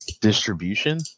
distribution